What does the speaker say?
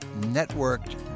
networked